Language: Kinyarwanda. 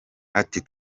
ati